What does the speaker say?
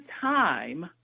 time